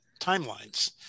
timelines